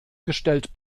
gestellt